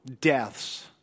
deaths